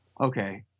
okay